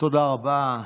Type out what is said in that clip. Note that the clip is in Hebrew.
תודה רבה.